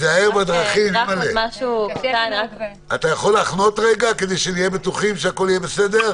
אנחנו רוצים שייאמר: "שירותים רפואיים או סוציאליים במידת הצורך".